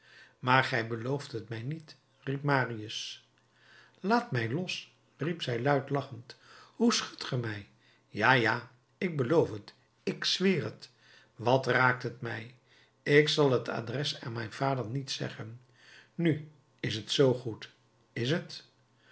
maar gij belooft het mij niet riep marius laat mij toch los riep zij luid lachend hoe schudt ge mij ja ja ik beloof het ik zweer het wat raakt het mij ik zal t adres aan mijn vader niet zeggen nu is t zoo goed is het